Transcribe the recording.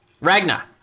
Ragna